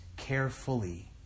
carefully